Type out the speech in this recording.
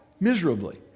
Miserably